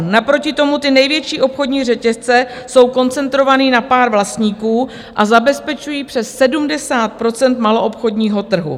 Naproti tomu ty největší obchodní řetězce jsou koncentrované na pár vlastníků a zabezpečují přes 70 % maloobchodního trhu.